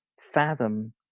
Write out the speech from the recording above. fathom